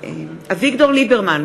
אביגדור ליברמן,